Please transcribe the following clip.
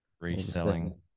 reselling